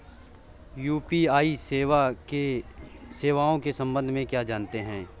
UPI सेवाओं के संबंध में क्या जानते हैं?